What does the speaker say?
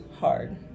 hard